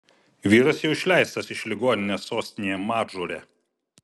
vyras jau išleistas iš ligoninės sostinėje madžūre